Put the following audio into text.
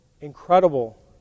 incredible